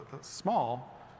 small